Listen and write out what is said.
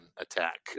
attack